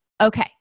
Okay